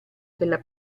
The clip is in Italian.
della